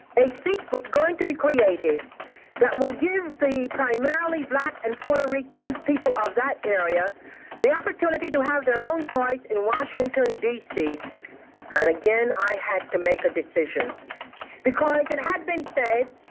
a seat was going to be created that will give the primarily black and puerto rican people of that area the opportunity to have their own voice in washington, d c. and again, i had to make a decision because it had been said,